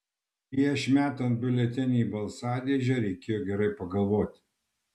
prieš metant biuletenį į balsadėžę reikėjo gerai pagalvoti